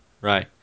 Right